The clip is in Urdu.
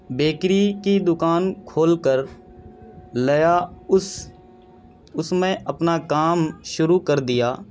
بیکری کی دکان کھول کر لیا اس اس میں اپنا کام شروع کر دیا